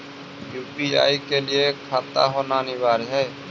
UPI के लिए खाता होना अनिवार्य है?